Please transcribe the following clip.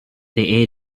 they